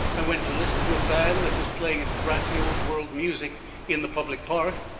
i went to listen to a band that was playing its brassy old-world music in the public park,